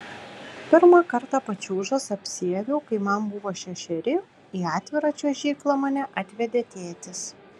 pirmą kartą pačiūžas apsiaviau kai man buvo šešeri į atvirą čiuožyklą mane atvedė tėtis